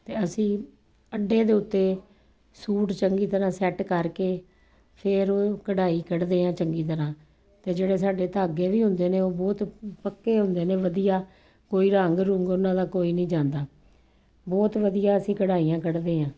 ਅਤੇ ਅਸੀਂ ਕੰਡੇ ਦੇ ਉੱਤੇ ਸੂਟ ਚੰਗੀ ਤਰ੍ਹਾਂ ਸੈੱਟ ਕਰਕੇ ਫਿਰ ਉਹ ਕਢਾਈ ਕੱਢਦੇ ਹਾਂ ਚੰਗੀ ਤਰ੍ਹਾਂ ਅਤੇ ਜਿਹੜੇ ਸਾਡੇ ਧਾਗੇ ਵੀ ਹੁੰਦੇ ਨੇ ਉਹ ਬਹੁਤ ਪੱਕੇ ਹੁੰਦੇ ਨੇ ਵਧੀਆ ਕੋਈ ਰੰਗ ਰੁੰਗ ਉਹਨਾਂ ਦਾ ਕੋਈ ਨਹੀਂ ਜਾਂਦਾ ਬਹੁਤ ਵਧੀਆ ਅਸੀਂ ਕਢਾਈਆਂ ਕੱਢਦੇ ਹਾਂ